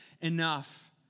enough